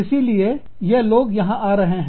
इसीलिए यह लोग यहां आ रहे हैं